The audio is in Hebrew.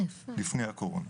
לפני תקופת הקורונה.